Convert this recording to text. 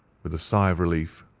with a sigh of relief,